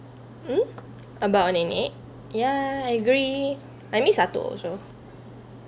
mm about nenek yeah I agree I miss datuk also